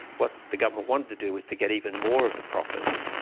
what the government wanted to do was to get even more of the profits.